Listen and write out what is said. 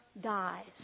dies